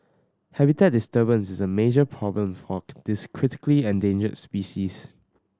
habitat disturbance is a major problem for this critically endangered species